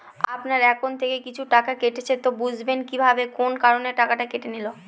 আপনার একাউন্ট থেকে কিছু টাকা কেটেছে তো বুঝবেন কিভাবে কোন কারণে টাকাটা কেটে নিল?